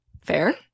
Fair